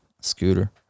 scooter